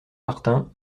martin